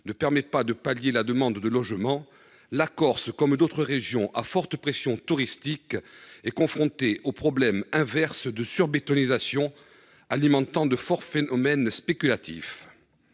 ne permet pas de répondre à la demande de logements, la Corse, comme d’autres régions à forte pression touristique, est confrontée à une situation inverse de surbétonisation alimentant de forts phénomènes spéculatifs.